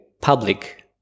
public